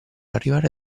arrivare